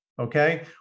Okay